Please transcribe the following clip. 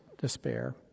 despair